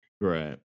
Right